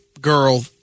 girl